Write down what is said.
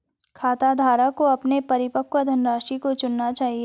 खाताधारक को अपने परिपक्व धनराशि को चुनना चाहिए